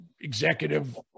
executive